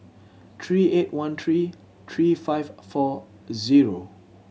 three eight one three three five four zero